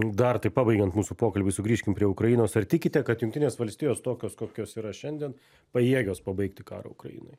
dar taip pabaigiant mūsų pokalbį sugrįžkim prie ukrainos ar tikite kad jungtinės valstijos tokios kokios yra šiandien pajėgios pabaigti karą ukrainoj